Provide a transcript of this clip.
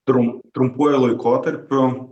trum trumpuoju laikotarpiu